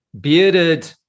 bearded